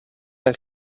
dal